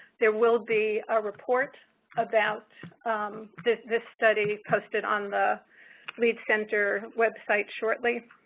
there will be a report about this this study posted on the lead center website shortly.